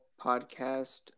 Podcast